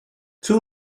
two